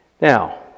Now